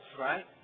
right